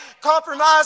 compromise